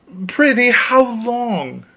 prithee how long?